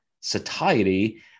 satiety